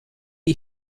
die